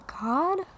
God